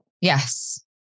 Yes